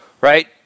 Right